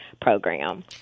program